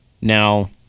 Now